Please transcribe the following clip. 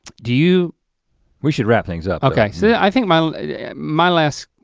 do you we should wrap things up. okay, yeah i think my yeah my last,